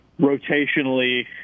rotationally